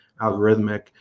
algorithmic